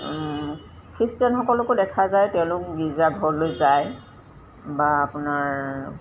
খ্ৰীষ্টানসকলকো দেখা যায় তেওঁলোক গীৰ্জাঘৰলৈ যায় বা আপোনাৰ